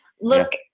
look